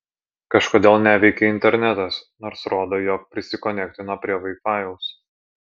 kažkodėl neveikia internetas nors rodo jog prisikonektino prie vaifajaus